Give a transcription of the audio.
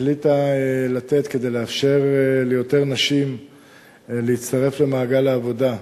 החליטה לתת כדי לאפשר ליותר נשים להצטרף למעגל העבודה,